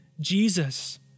Jesus